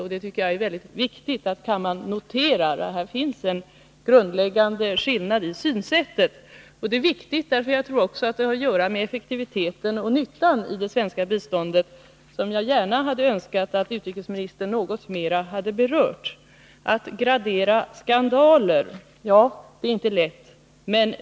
Jag tycker det är mycket viktigt att kammaren noterar att det finns en grundläggande skillnad i synsätt. Jag tror också det har att göra med effektiviteten och nyttan av det svenska biståndet, som jag gärna hade önskat att utrikesministern berört något mera. Att gradera skandaler är inte lätt.